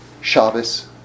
Shabbos